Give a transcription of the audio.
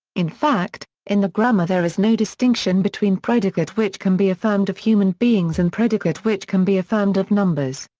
in fact, in the grammar there is no distinction between predicate which can be affirmed of human beings and predicate which can be affirmed of numbers.